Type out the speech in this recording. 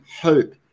hope